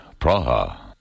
Praha